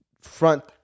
front